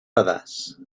pedaç